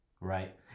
right